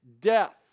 death